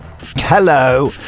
Hello